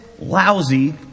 lousy